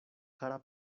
kara